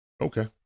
okay